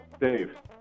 Dave